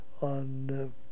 on